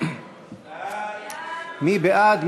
מי בעד?